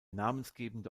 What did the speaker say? namensgebende